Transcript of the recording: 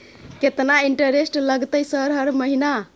केतना इंटेरेस्ट लगतै सर हर महीना?